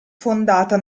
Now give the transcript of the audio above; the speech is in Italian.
fondata